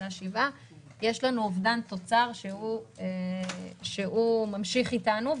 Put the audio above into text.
ו-4.7% יש לנו אובדן תוצר שממשיך איתנו.